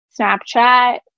Snapchat